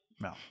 No